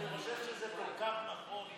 אני חושב שזה כל כך נכון.